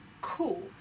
cool